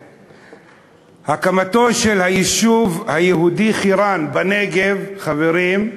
הקמתו של היישוב היהודי חירן בנגב, חברים,